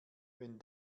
wenn